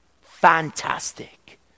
Fantastic